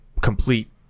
complete